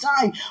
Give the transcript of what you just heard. time